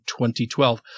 2012